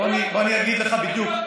בוא אני אגיד לך בדיוק,